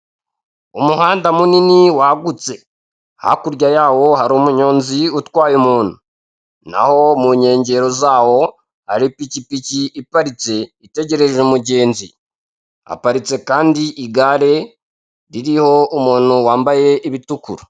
Umuhanda munini wagutse hakurya yawo hari umunyonzi utwaye umuntu, naho mu nkengero zawo ipikipiki iparitse itegereje umugenzi aparitse, kandi igare ririho umuntu wambaye ibitukura.